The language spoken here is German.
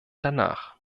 danach